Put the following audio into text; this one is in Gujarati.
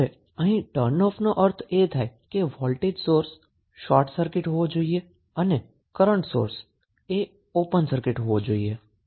અહીં બંધ નો અર્થ એ થાય છે કે વોલ્ટેજ સોર્સ શોર્ટ સર્કીટ હોવો જોઈએ અને કરન્ટ સોર્સ કે જે ઓપન સર્કીટ હોવો જોઈએ